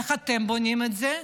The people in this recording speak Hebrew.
איך אתם בונים את זה,